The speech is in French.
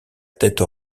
tête